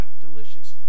delicious